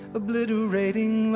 obliterating